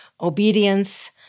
obedience